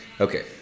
Okay